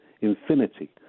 infinity